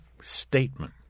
statement